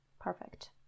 Perfect